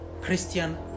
Christian